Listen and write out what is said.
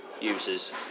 users